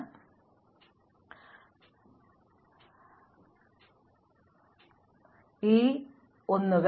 അതിനാൽ ഇത് ഒരു അർത്ഥത്തിൽ പാഴാക്കുന്ന പ്രാതിനിധ്യമാണ് കാരണം 1 ലെ പോസിറ്റീവ് വിവരങ്ങൾ പിടിച്ചെടുക്കുന്നതിനായി ഞങ്ങൾ ധാരാളം 0 റെക്കോർഡുചെയ്യുന്നു